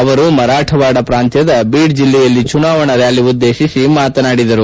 ಅವರು ಮರಾಠವಾಡ ಪ್ರಾಂತ್ಯದ ಬೀಡ್ ಜಿಲ್ಲೆಯಲ್ಲಿ ಚುನಾವಣಾ ರ್ಯಾಲಿ ಉದ್ದೇಶಿಸಿ ಮಾತನಾಡಿದರು